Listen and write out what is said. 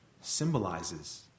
symbolizes